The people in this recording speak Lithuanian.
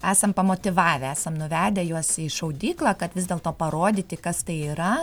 esam pamotyvavę esam nuvedę juos į šaudyklą kad vis dėlto parodyti kas tai yra